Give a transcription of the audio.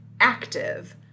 active